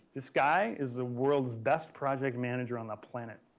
this guy is the world's best project manager on the planet.